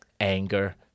anger